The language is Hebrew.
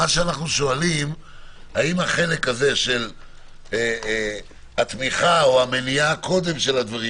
האם החלק הזה של התמיכה או המניעה קודם של הדברים